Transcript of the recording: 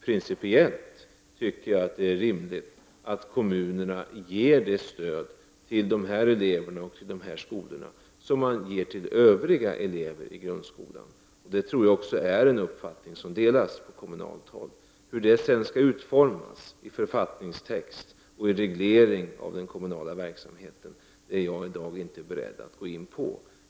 Principiellt är det rimligt att kommunerna ger det stöd till eleverna i dessa skolor som de ger till övriga elever i grundskolan. Jag tror också att man på kommunalt håll delar den uppfattningen. Hur det sedan skall utformas i författningstext och i reglering av den kommunala verksamheten är jag i dag inte beredd att gå in på.